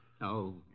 no